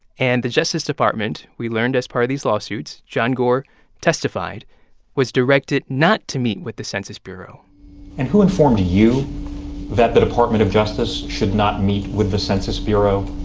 and the justice department, we learned as part of these lawsuits john gore testified was directed not to meet with the census bureau and who informed you that the department of justice should not meet with the census bureau